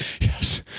Yes